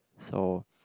so